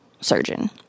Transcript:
surgeon